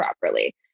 properly